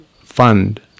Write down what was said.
fund